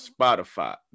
Spotify